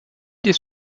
des